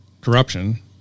corruption